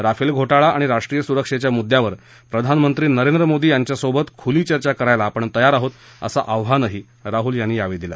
Rafale घो विळा आणि राष्ट्रीय सुरक्षेच्या मुद्द्यावर प्रधानमंत्री नरेंद्र मोदी यांच्यासोबत खुली चर्चा करायला आपण तयार आहोत असं आव्हानही राहुल यांनी यावेळी दिलं